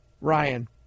Ryan